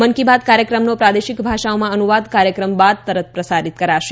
મન કી બાત કાર્યક્રમનો પ્રાદેશિક ભાષાઓમાં અનુવાદ કાર્યક્રમ બાદ તુરંત પ્રસારિત કરાશે